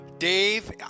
Dave